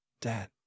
Dad